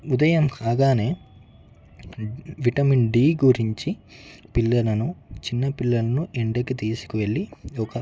ఉదయం కాగానే vitamin D గురించి పిల్లలను చిన్న పిల్లలను ఎండకు తీసుకువెళ్ళి ఒక